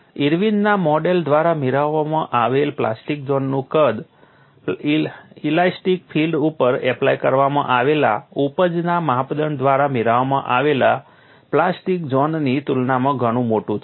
ઇર્વિનના model Irwin's model દ્વારા મેળવવામાં આવેલા પ્લાસ્ટિક ઝોનનું કદ ઇલાસ્ટિક ફિલ્ડ ઉપર એપ્લાય કરવામાં આવેલા ઉપજના માપદંડ દ્વારા મેળવવામાં આવેલા પ્લાસ્ટિક ઝોનની તુલનામાં ઘણું મોટું છે